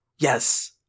Yes